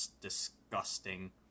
disgusting